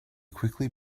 quickly